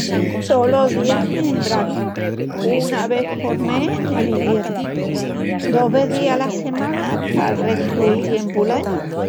Tolos días en branu, una vés por mes nel iviernu, dos vezis ala semana pal restu'l tiempu l'añu.